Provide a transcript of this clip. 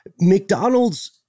McDonald's